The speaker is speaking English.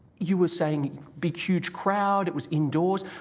you were saying big, huge crowd. it was indoors.